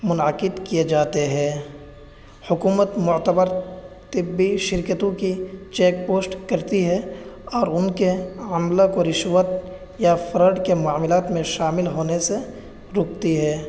منعقد کیے جاتے ہے حکومت معتبر طبی شرکتوں کی چیک پوسٹ کرتی ہے اور ان کے عملہ کو رشوت یا فراڈ کے معاملات میں شامل ہونے سے روکتی ہے